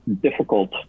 difficult